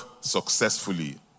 successfully